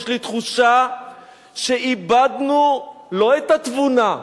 יש לי תחושה שאיבדנו לא את התבונה,